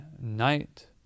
night